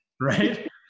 right